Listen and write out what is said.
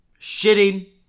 Shitting